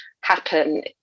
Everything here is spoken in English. happen